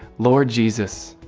lord jesus,